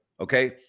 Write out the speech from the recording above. Okay